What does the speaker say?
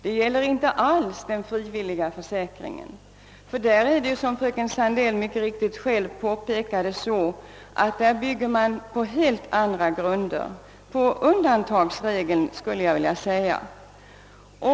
Det gäller inte alls den frivilliga försäkringen, ty den bygger, såsom fröken Sandell själv mycket riktigt påpekade, på helt andra grunder — jag skulle närmast vilja säga på undantagsregeln.